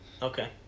Okay